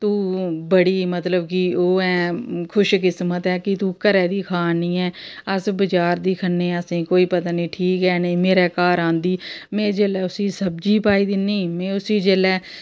तूं बड़ी मतलब कि ओह् ऐ खुशकिस्मत ऐ कि तूं घरै दी खांऽ दी ऐ अस बजार दी खन्ने आं ते कोई पता निं ठीक ऐ निं मेरे घर आंदी में जेल्लै उस्सी सब्जी पाई दिंन्नी में उस्सी जेल्लै मतलब कि